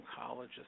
oncologist